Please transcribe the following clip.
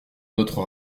notre